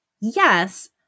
yes